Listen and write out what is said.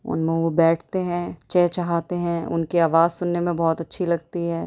ان میں وہ بیٹھے ہیں چہچہاتے ہیں ان کے آواز سننے میں بہت اچھی لگتی ہے